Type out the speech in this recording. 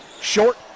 short